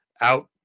out